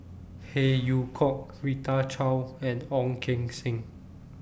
Phey Yew Kok Rita Chao and Ong Keng Sen